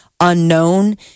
Unknown